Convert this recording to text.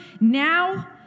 now